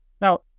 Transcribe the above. Now